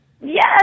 Yes